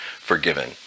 forgiven